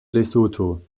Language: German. lesotho